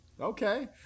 Okay